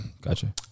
gotcha